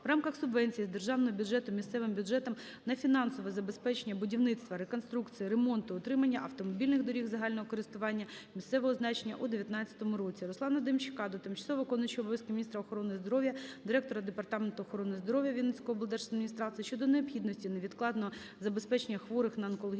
в рамках субвенції з державного бюджету місцевим бюджетам на фінансове забезпечення будівництва, реконструкції, ремонту і утримання автомобільних доріг загального користування місцевого значення у 19-му році. Руслана Демчака до тимчасово виконуючої обов'язки міністра охорони здоров'я, директора Департаменту охорони здоров'я Вінницької облдержадміністрації щодо необхідності невідкладного забезпечення хворих на онкологічні